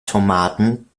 tomaten